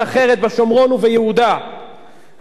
הרי שלפי הדין הבין-לאומי אין דיני ה"כיבוש"